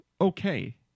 okay